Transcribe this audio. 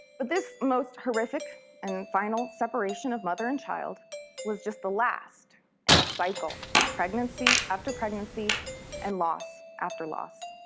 but this most horrific and final separation of mother and child was just the last in a cycle of pregnancy after pregnancy and loss after loss.